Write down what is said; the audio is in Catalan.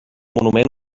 monument